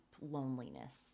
loneliness